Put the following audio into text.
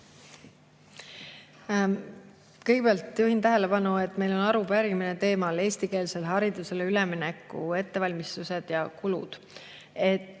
Kõigepealt juhin tähelepanu, et meil on arupärimine teemal "Eestikeelsele haridusele ülemineku ettevalmistused ja kulud".